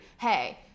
hey